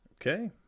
Okay